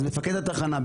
אז מפקד התחנה,